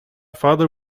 father